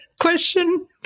question